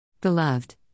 Beloved